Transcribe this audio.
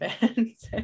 fans